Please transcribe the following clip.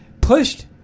pushed